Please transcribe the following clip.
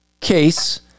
case